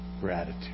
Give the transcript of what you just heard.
gratitude